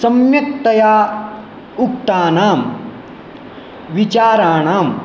सम्यक्तया उक्तानां विचाराणाम्